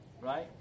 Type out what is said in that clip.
right